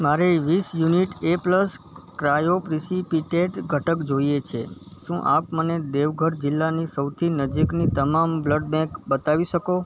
મારે વીસ unit A plus cryoprecipitate ઘટક જોઈએ છે શું આપ મને દેવઘર જિલ્લાની સૌથી નજીકની તમામ બ્લડ બૅંક બતાવી શકો